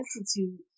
Institute